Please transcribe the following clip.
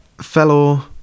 fellow